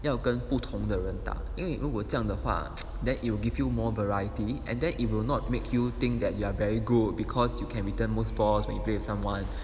要跟不同的人打因为如果这样的话 that you will give you more variety and then it will not make you think that you are very good because you can return most balls when you play with someone